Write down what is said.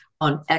on